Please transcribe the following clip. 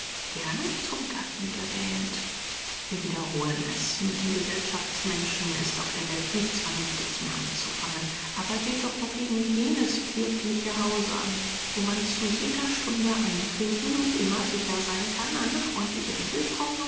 gerne zum gatten gewählt wir wiederholen es mit den gesellschaftsmenschen ist auf der welt nichts vernünftiges mehr anzufangen aber seht doch dagegen jenes wirthliche haus an wo man zu jeder stunde eintreten und immer sicher sein kann eine freundliche